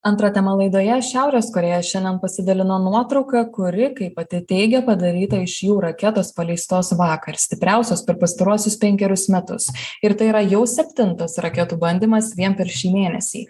antra tema laidoje šiaurės korėja šiandien pasidalino nuotrauka kuri kaip pati teigia padaryta iš jų raketos paleistos vakar stipriausios per pastaruosius penkerius metus ir tai yra jau septintas raketų bandymas vien per šį mėnesį